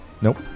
Nope